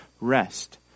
rest